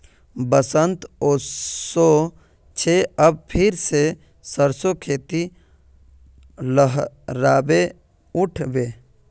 बसंत ओशो छे अब फिर से सरसो खेती लहराबे उठ बे